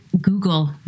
Google